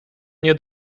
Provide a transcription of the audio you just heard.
nie